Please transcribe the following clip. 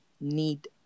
need